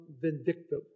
vindictive